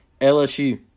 LSU